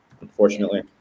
unfortunately